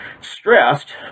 stressed